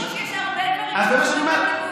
בנושא הכיבוש, יש הרבה דברים שקשורים לכיבוש.